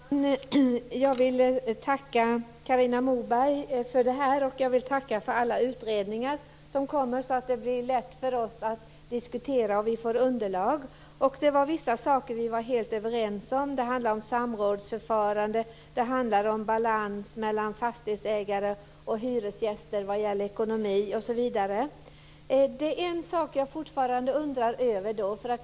Fru talman! Jag vill tacka Carina Moberg för det här och för alla utredningar som kommer; det blir ju lätt för oss att diskutera om vi får underlag. Vissa saker var vi helt överens om. Det handlar då om samrådsförfarande, om balans mellan fastighetsägare och hyresgäster vad gäller ekonomi osv. Men en sak undrar jag fortfarande över.